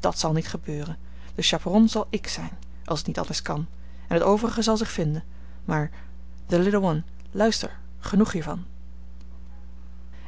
dat zal niet gebeuren de chaperon zal ik zijn als het niet anders kan en t overige zal zich vinden maar the little one luister genoeg hiervan